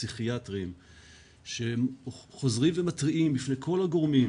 ופסיכיאטרים שחוזרים ומתריעים בפני כל הגורמים,